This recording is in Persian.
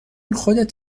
خودت